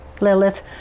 Lilith